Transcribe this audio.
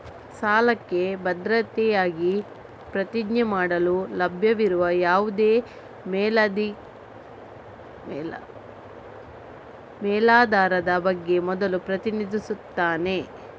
ಸಾಲಕ್ಕೆ ಭದ್ರತೆಯಾಗಿ ಪ್ರತಿಜ್ಞೆ ಮಾಡಲು ಲಭ್ಯವಿರುವ ಯಾವುದೇ ಮೇಲಾಧಾರದ ಬಗ್ಗೆ ಮೊದಲು ಪ್ರತಿನಿಧಿಸುತ್ತಾನೆ